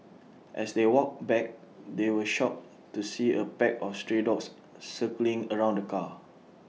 as they walked back they were shocked to see A pack of stray dogs circling around the car